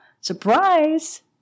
surprise